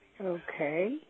Okay